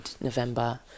November